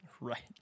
Right